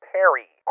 Perry